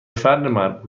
فرد